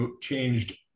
changed